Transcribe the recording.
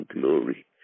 glory